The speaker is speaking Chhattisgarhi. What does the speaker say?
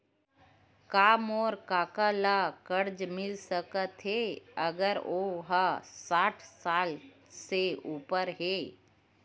का मोर कका ला कर्जा मिल सकथे अगर ओ हा साठ साल से उपर हे?